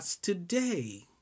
today